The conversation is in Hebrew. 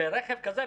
ולא ברכב כזה.